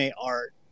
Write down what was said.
art